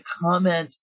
comment